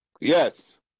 Yes